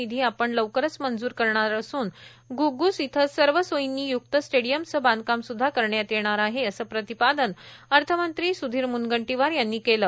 निधी आपण लवकरच मंजूर करणार असून घग्घ्स इथं सर्व सोर्यींनी युक्त स्टेडियमचे बांधकाम सुध्दा करण्यात येणार आहे असं प्रतिपादन अर्थमंत्री सुधीर मुनगंटीवार यांनी केले